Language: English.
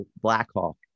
Blackhawk